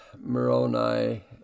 Moroni